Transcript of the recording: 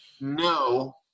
No